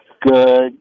Good